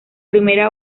primera